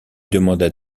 demanda